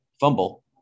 fumble